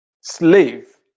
slave